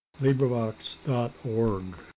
LibriVox.org